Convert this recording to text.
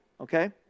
Okay